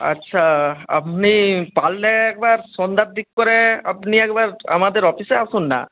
আচ্ছা আপনি পারলে একবার সন্ধ্যার দিক করে আপনি একবার আমাদের অফিসে আসুন না